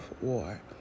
war